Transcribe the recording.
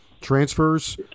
transfers